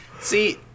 See